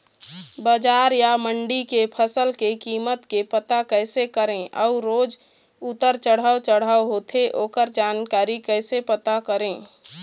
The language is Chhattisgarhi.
बजार या मंडी के फसल के कीमत के पता कैसे करें अऊ रोज उतर चढ़व चढ़व होथे ओकर जानकारी कैसे पता करें?